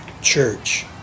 church